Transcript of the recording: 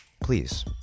Please